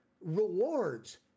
rewards